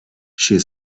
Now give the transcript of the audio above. she